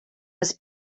was